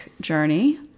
journey